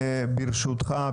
ברשותך,